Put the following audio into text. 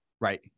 right